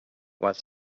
was